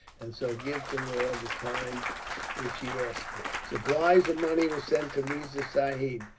and so give to law the time which he asked for. supplies of money were sent to riza sahib,